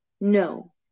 No